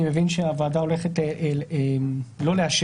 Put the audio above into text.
אני מבין שהוועדה הולכת לא לאשר.